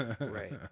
Right